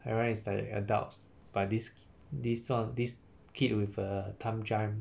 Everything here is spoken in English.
everyone is like adults but this this one this kid with uh time jam